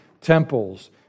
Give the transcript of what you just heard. temples